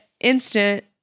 instant